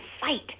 fight